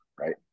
right